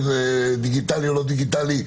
דיגיטלי או לא דיגיטלי,